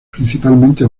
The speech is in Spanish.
principalmente